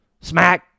smack